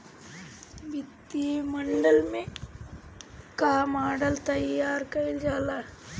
वित्तीय मॉडल में वित्त कअ मॉडल तइयार कईल जाला